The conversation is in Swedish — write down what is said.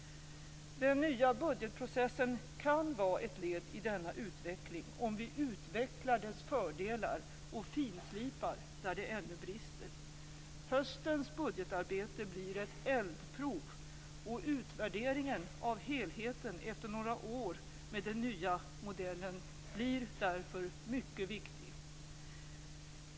Den nya budgetprocessen kan vara ett led i denna utveckling - om vi utvecklar dess fördelar och finslipar där det ännu brister. Höstens budgethantering blir ett eldprov, och utvärderingen av helheten efter några år med den nya modellen blir därför mycket viktig.